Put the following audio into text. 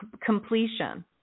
completion